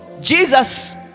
Jesus